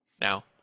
Now